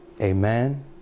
amen